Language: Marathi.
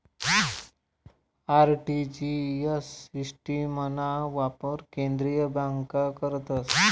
आर.टी.जी.एस सिस्टिमना वापर केंद्रीय बँका करतस